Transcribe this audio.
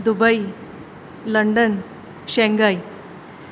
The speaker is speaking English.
Dubai London Shanghai